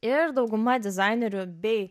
ir dauguma dizainerių bei